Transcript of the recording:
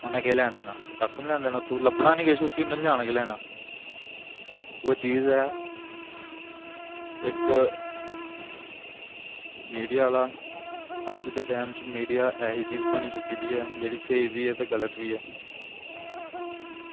उन्नै केह् लैन देना कक्ख नी लैन देना उत्थूं उस्सी लब्भना गै नी कक्ख बी उन्नै लैना केह् लैना ओह् चीज ऐ इक मीडिया आह्ला अज्ज दे टैम च मीडिया ऐसी चीज बनी चुकी दी जेह्ड़ी स्हेई बी ऐ ते गल्त बी ऐ